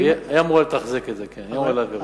היא אמורה לתחזק את זה, היא אמורה להעביר את זה.